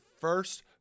first